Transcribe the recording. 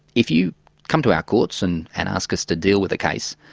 if you come to our courts and and ask us to deal with a case,